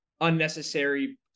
unnecessary